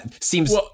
Seems